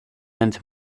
and